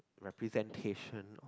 representation of